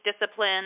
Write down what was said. discipline